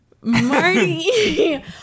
Marty